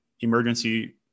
emergency